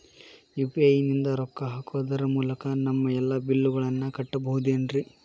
UPI ನಿಂದ ರೊಕ್ಕ ಹಾಕೋದರ ಮೂಲಕ ನಮ್ಮ ಎಲ್ಲ ಬಿಲ್ಲುಗಳನ್ನ ಕಟ್ಟಬಹುದೇನ್ರಿ?